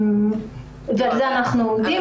ועל זה אנחנו עובדים.